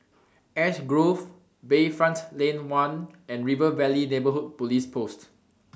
Ash Grove Bayfront Lane one and River Valley Neighbourhood Police Post